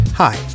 Hi